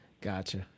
Gotcha